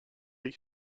éric